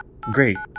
Great